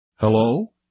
Hello